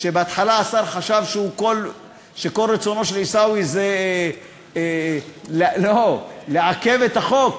בהתחלה השר חשב שכל רצונו של עיסאווי זה לעכב את החוק,